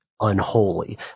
unholy